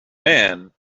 man